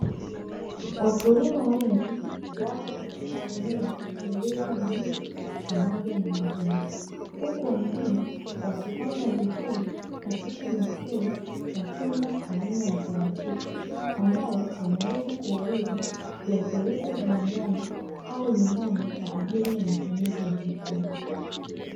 Wakulima wengi wapo katika eneo lililo na miti pamoja na majani huku wengine wakipanga vizuri katika matrai matunda aina ya parachichi, ambayo wanaweza kuyauza kuyapeleka viwandani au nyumbani kwa ajili ya matumizi ya chakula.